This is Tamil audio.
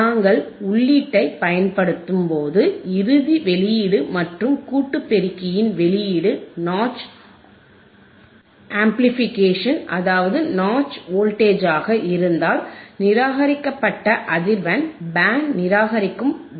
நாங்கள் உள்ளீட்டைப் பயன்படுத்தும்போது இறுதி வெளியீடு மற்றும் கூட்டு பெருக்கியின் வெளியீடு நாட்ச் அம்பிலிபிகேஷன் அதாவது நாட்ச் வோல்டேஜாக இருந்தால் நிராகரிக்கப்பட்ட அதிர்வெண் பேண்ட் நிராகரிக்கும் வடிப்பானின் வெளியீடு ஆகும்